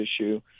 issue